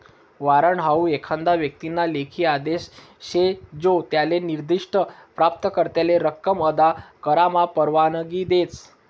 warrant हाऊ एखादा व्यक्तीना लेखी आदेश शे जो त्याले निर्दिष्ठ प्राप्तकर्त्याले रक्कम अदा करामा परवानगी देस